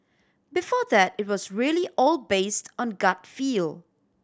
before that it was really all based on gut feel